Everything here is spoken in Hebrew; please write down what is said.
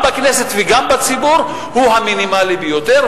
בכנסת וגם בציבור הוא המינימלי ביותר,